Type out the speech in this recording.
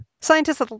Scientists